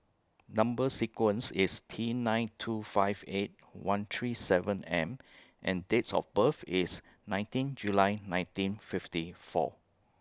Number sequence IS T nine two five eight one three seven M and Dates of birth IS nineteen July nineteen fifty four